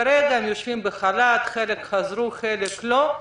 כרגע הם יושבים בחל"ת, חלק חזרו, חלק לא.